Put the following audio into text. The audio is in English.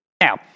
Now